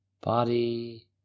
Body